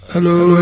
Hello